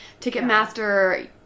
Ticketmaster